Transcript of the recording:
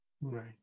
Right